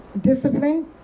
discipline